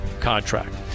contract